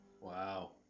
Wow